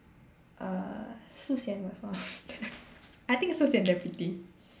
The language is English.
err Su Xian was one of them I think Su Xian damn pretty